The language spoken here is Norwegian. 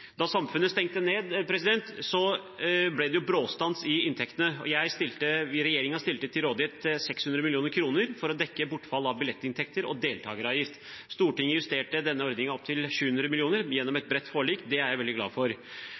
Da samfunnet stengte ned, ble det en bråstans i inntektene. Regjeringen stilte til rådighet 600 mill. kr for å dekke bortfall av billettinntekter og deltakeravgifter. Stortinget justerte denne ordningen opp til 700 mill. kr gjennom et bredt forlik, og det er jeg veldig glad for.